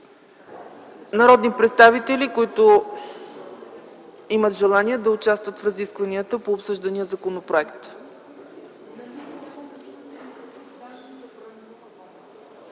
Народни представители, които имат желание да участват в разискванията по обсъждания законопроект?